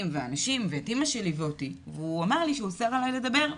והאנשים ואת אמא שלי ואותי ואמר לי שהוא אוסר עליי לדבר.